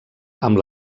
amb